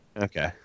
Okay